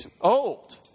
old